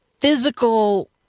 physical